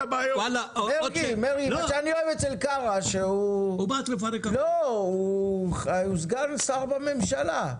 מה שאני אוהב אצל קארה זה שהוא סגן שר בממשלה,